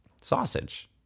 sausage